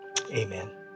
Amen